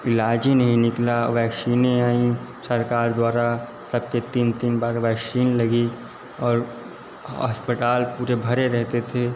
इलाज ही नहीं निकला वैक्शीने आईं सरकार द्वारा सबके तीन तीन बार वैक्शीन लगी और अस्पटाल पुरे भरे रहते थे